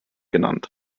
genannt